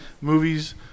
movies